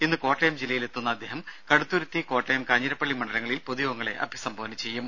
ഇന്ന് കോട്ടയം ജില്ലയിൽ എത്തുന്ന അദ്ദേഹം കടുത്തുരുത്തി കോട്ടയം കാഞ്ഞിരപ്പള്ളി മണ്ഡലങ്ങളിൽ പൊതുയോഗങ്ങളെ അഭിസംബോധന ചെയ്യും